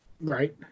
right